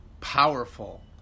powerful